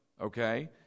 Okay